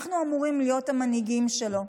אנחנו אמורים להיות המנהיגים שלו.